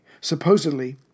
supposedly